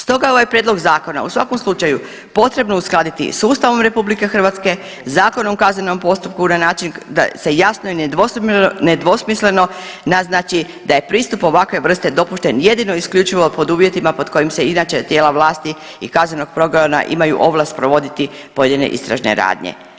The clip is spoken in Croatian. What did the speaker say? Stoga je ovaj prijedlog zakona u svakom slučaju potrebno uskladiti s Ustavom RH i Zakonom o kaznenom postupku na način da se jasno i nedvosmisleno naznači da je pristup ovakve vrste dopušten jedino i isključivo pod uvjetima pod kojim se inače tijela vlasti i kaznenog progona imaju ovlast provoditi pojedine istražne radnje.